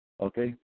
okay